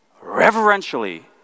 reverentially